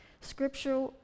scripture